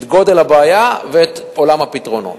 את גודל הבעיה ואת עולם הפתרונות.